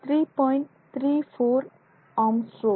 34 Armstrong